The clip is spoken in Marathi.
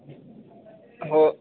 हो